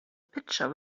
pitcher